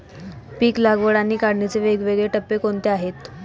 पीक लागवड आणि काढणीचे वेगवेगळे टप्पे कोणते आहेत?